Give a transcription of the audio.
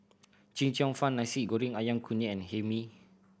Chee Cheong Fun Nasi Goreng Ayam Kunyit and Hae Mee